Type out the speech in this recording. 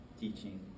teaching